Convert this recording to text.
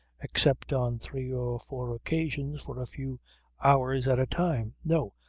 except on three or four occasions for a few hours at a time. no.